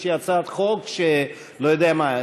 הצעת חוק כלשהי של לא יודע מה,